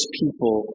people